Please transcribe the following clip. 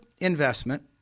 investment